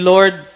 Lord